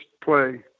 play